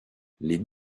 les